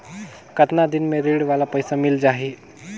कतना दिन मे ऋण वाला पइसा मिल जाहि?